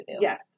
Yes